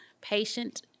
patient